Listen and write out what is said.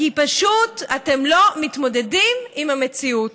כי פשוט אתם לא מתמודדים עם המציאות.